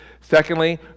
Secondly